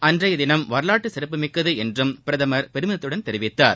அள்றையதினம் வரலாற்று சிறப்புமிக்கது என்றும் பிரதமர் பெருமிதத்துடன் தெரிவித்தார்